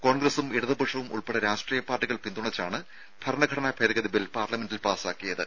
കോൺഗ്രസും ഇടതുപക്ഷവും ഉൾപ്പെടെ രാഷ്ട്രീയ പാർട്ടികൾ പിന്തുണച്ചാണ് ഭരണഘടനാ ഭേദഗതി ബിൽ പാർലമെന്റിൽ പാസാക്കിയത്